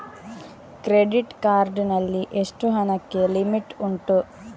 Credit card ನಲ್ಲಿ ಎಷ್ಟು ಹಣಕ್ಕೆ ಲಿಮಿಟ್ ಉಂಟು?